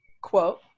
Quote